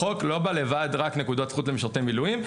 החוק לא בא לבד רק לנקודות זכות למשרתי מילואים,